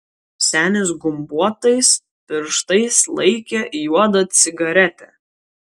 senis gumbuotais pirštais laikė juodą cigaretę